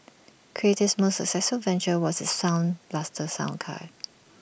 creative's most successful venture was its sound blaster sound card